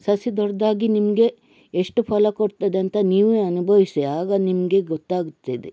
ಸಸಿ ದೊಡ್ದಾಗಿ ನಿಮಗೆ ಎಷ್ಟು ಫಲ ಕೊಡ್ತದಂತ ನೀವೇ ಅನುಭವಿಸಿ ಆಗ ನಿಮಗೆ ಗೊತ್ತಾಗುತ್ತದೆ